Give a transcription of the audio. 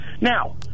Now